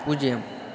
பூஜ்ஜியம்